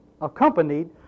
accompanied